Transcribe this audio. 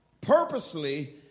purposely